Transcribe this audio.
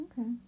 Okay